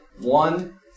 one